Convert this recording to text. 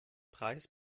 preis